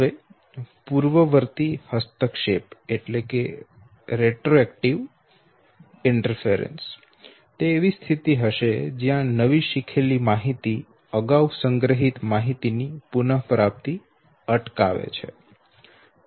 હવે પૂર્વવર્તી હસ્તક્ષેપ એવી સ્થિતિ હશે જ્યાં નવી શીખેલી માહિતી અગાઉ સંગ્રહિત માહિતી ની પુનપ્રાપ્તિ અટકાવે છે